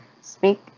speak